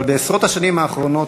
אבל בעשרות השנים האחרונות,